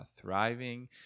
thriving